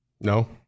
No